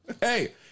Hey